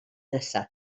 nesaf